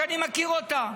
שאני מכיר אותה,